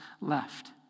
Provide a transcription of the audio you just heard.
left